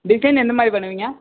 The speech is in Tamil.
டிசைன் எந்தமாதிரி பண்ணுவீங்க